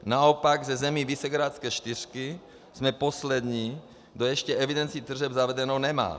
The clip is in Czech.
Naopak, ze zemí Visegrádské čtyřky jsme poslední, kdo ještě evidenci tržeb zavedenou nemá.